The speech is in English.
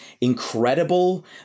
incredible